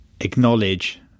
acknowledge